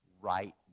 right